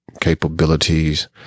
capabilities